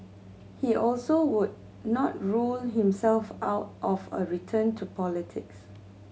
he also would not rule himself out of a return to politics